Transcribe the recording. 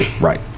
Right